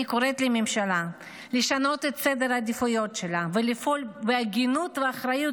אני קוראת לממשלה לשנות את סדר העדיפויות שלה ולפעול בהגינות ואחריות